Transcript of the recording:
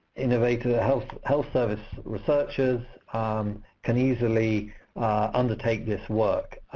innovative health health service researchers can easily undertake this work.